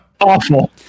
awful